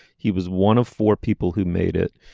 he was one of four people who made it.